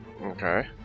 Okay